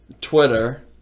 twitter